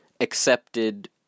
accepted